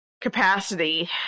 capacity